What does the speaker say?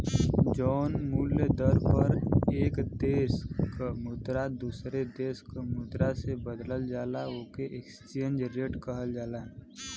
जौन मूल्य दर पर एक देश क मुद्रा दूसरे देश क मुद्रा से बदलल जाला ओके एक्सचेंज रेट कहल जाला